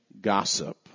gossip